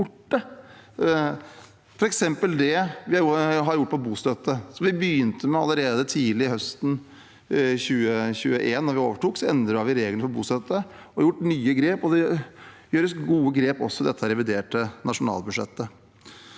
f.eks. det vi har gjort på bostøtte, som vi begynte med allerede tidlig høsten 2021. Da vi overtok, endret vi reglene for bostøtte og tok nye grep, og det tas gode grep også i dette reviderte nasjonalbudsjettet.